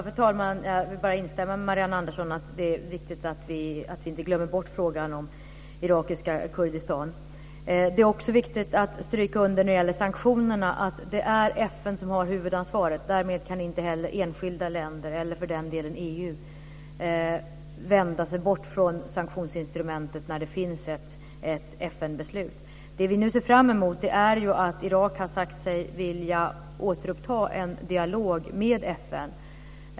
Fru talman! Jag instämmer med Marianne Andersson att det är viktigt att vi inte glömmer bort frågan om irakiska Kurdistan. Det är också viktigt att stryka under när det gäller sanktionerna att det är FN som har huvudansvaret. Därmed kan inte heller enskilda länder, eller för den delen EU, vända sig bort från sanktionsinstrumentet när det finns ett FN-beslut. Vi ser nu fram emot att Irak har sagt sig vilja återuppta en dialog med FN.